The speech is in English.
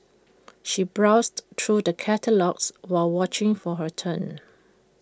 she browsed through the catalogues while watching for her turn